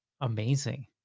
amazing